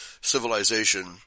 civilization